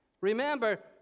Remember